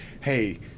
hey